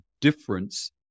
difference